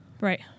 right